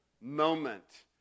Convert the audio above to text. moment